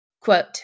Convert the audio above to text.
Quote